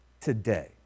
today